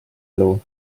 elu